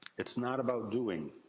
it's not about doing.